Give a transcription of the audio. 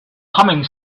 humming